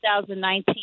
2019